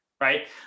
Right